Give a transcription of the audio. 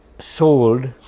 sold